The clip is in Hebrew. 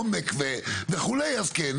עומק וכו' אז כן.